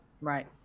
Right